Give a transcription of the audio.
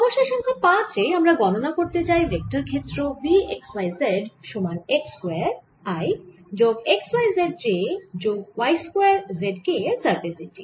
সমস্যা সংখ্যা 5 এ আমরা গণনা করতে চাই ভেক্টর ক্ষেত্র V x y z সমান x স্কয়ার i যোগ x y z j যোগ y স্কয়ার z k এর সারফেস ইন্টিগ্রাল